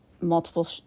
multiple